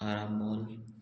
Arambol